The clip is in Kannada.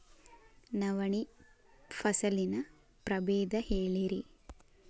ನವಣಿ ಫಸಲಿನ ಪ್ರಭೇದ ಹೇಳಿರಿ